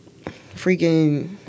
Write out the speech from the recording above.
freaking